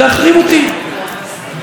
פתאום אין קול ואין עונה,